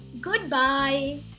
Goodbye